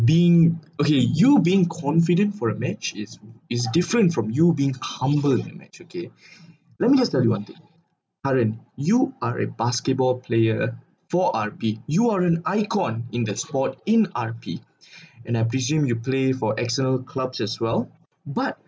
being okay you being confident for a match is is different from you being humble in a match okay let me just tell you one thing haren you are a basketball player for R_P you are an icon in the sport in R_P and I presume you play for externel clubs as well but